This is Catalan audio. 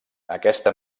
aquesta